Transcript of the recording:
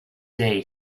day